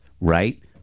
right